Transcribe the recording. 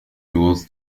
tools